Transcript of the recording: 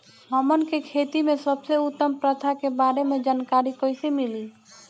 हमन के खेती में सबसे उत्तम प्रथा के बारे में जानकारी कैसे मिली?